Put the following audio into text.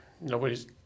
nobody's